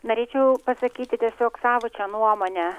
norėčiau pasakyti tiesiog savo čia nuomonę